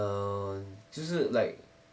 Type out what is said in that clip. err 就是 like